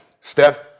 Steph